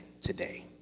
today